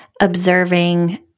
observing